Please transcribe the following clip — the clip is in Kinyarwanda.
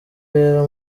rero